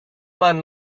man